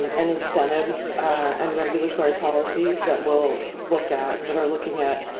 and incentives and regulatory policies. that we'll look at. that are looking at